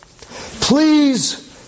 Please